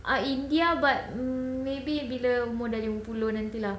ah india but maybe bila umur dah lima puluh nanti lah boulogne and lah